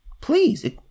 please